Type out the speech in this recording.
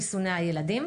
יגיעו.